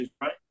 right